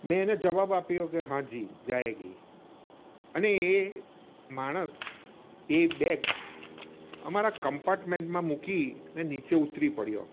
મેં એને જવાબ આપ્યો કે હાં જી જાયેગી અને એ માણસ એ બેગ અમારા કંપાર્ટ્મેન્ટમાં મૂકીને નીચે ઉતરી પડ્યો